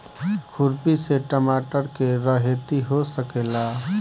खुरपी से टमाटर के रहेती हो सकेला?